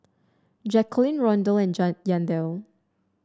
Jacalyn Rondal and Yandel